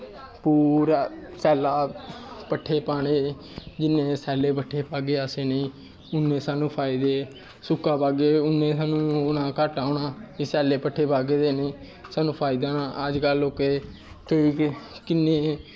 पूरे सैल्ले पट्ठे पान्नें जिन्ने सैल्ले पट्ठे पागे अस इ'नें ई उन्ने असें फायदे सुक्के पागे ते सानू घाटा होना सैल्ले पट्ठे पागे ते सानू फायदा होना लोकें किन्ने